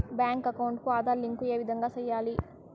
Bank account కి Aadhaar link ఏ విధంగా సెయ్యాలి?